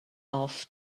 off